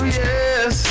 yes